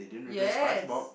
yes